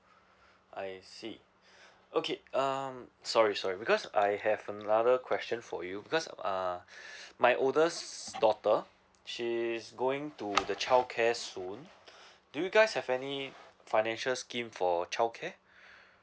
I see okay um sorry sorry because I have another question for you because uh my oldest daughter she's going to the childcare soon do you guys have any financial scheme for childcare